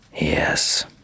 Yes